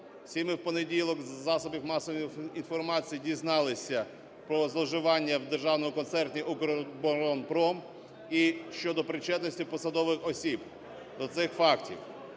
в понеділок з засобів масової інформації дізналися про зловживання в Державному концерні "Укроборонпром" і щодо причетності посадових осіб до цих фактів.